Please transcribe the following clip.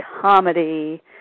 comedy